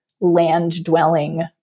land-dwelling